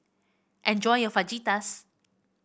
enjoy your Fajitas